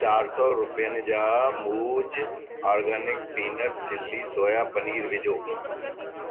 चारि सौ रुपियनि जा मूज organic peanut chilli soya paneer विझो